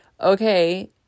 okay